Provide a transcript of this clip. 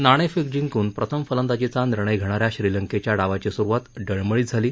नाणेफेक जिंकून प्रथम फलंदाजीचा निर्णय घेणा या श्रीलंकेच्या डावाची सुरुवात डळमळीत झाली